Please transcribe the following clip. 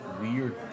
weird